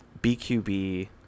BQB